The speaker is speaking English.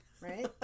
right